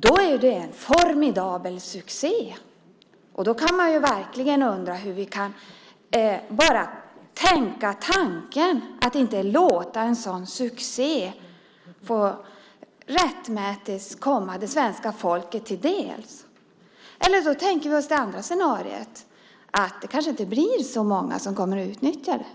Då är ju det en formidabel succé. Då kan man verkligen undra hur vi kan tänka tanken att inte låta en sådan succé få komma det svenska folket till del. Eller så kan vi tänka oss det andra scenariot, att det kanske inte blir så många som kommer att utnyttja det.